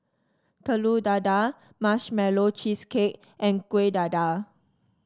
Telur Dadah Marshmallow Cheesecake and Kueh Dadar